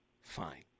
fine